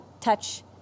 touch